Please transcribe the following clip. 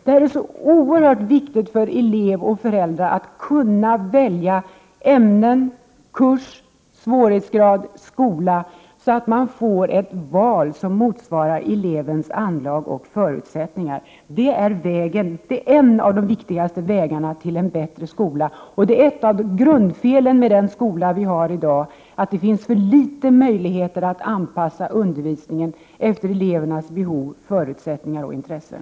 Det är så oerhört viktigt för elever och föräldrar att kunna välja ämnen, kurs, svårighetsgrad och skola, så att man får ett val som motsvarar elevens anlag och förutsättningar. Detta är en av de viktigaste vägarna till en bättre skola. Ett av grundfelen med den skola vi har i dag är att det finns för små möjligheter att anpassa undervisningen efter elevens behov, förutsättningar och intressen.